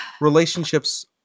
relationships